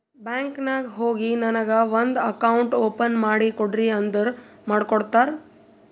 bank ನಾಗ್ ಹೋಗಿ ನನಗ ಒಂದ್ ಅಕೌಂಟ್ ಓಪನ್ ಮಾಡಿ ಕೊಡ್ರಿ ಅಂದುರ್ ಮಾಡ್ಕೊಡ್ತಾರ್